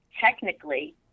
technically